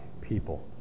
people